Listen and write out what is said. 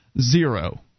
Zero